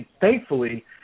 Thankfully